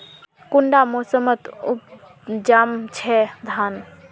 कुंडा मोसमोत उपजाम छै धान?